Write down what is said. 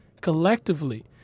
collectively